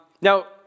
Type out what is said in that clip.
Now